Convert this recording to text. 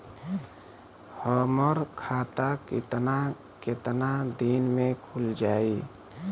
हमर खाता कितना केतना दिन में खुल जाई?